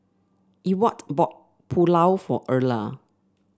Ewart bought Pulao for Erla